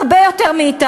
הם יודעים הרבה יותר מאתנו,